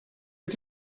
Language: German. mit